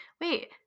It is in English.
wait